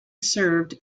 served